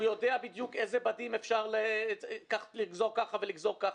והוא יודע בדיוק איזה בדים אפשר לגזור כך ולגזור כך,